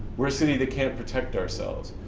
we're a city that can't protect ourselves.